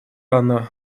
анна